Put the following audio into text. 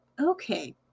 okay